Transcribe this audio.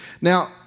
Now